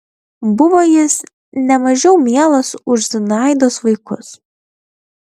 buvo jis ne mažiau mielas už zinaidos vaikus